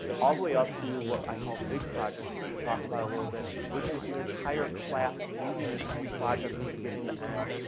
all the way up to what i call the big project, which we'll talk about a little bit, which is the entire class leading its own project from beginning to end,